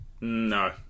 No